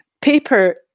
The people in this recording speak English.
paper